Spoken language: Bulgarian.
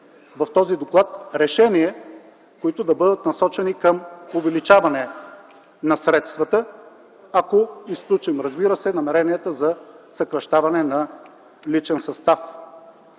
в този доклад решения, които да бъдат насочени към увеличаването на средствата, ако изключим, разбира се, намеренията за съкращаване на личен състав.